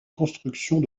constructions